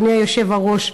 אדוני היושב-ראש,